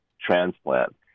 transplant